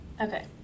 Okay